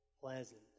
pleasant